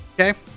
Okay